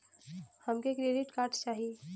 हमके credit card चाही